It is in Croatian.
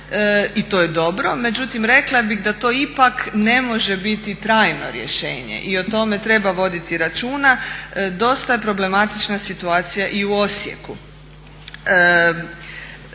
i to je dobro, međutim rekla bih da to ipak ne može biti trajno rješenje i o tome treba voditi računa. Dosta je problematična situacija i u Osijeku.